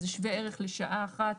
זה שווה ערך לשעה אחת.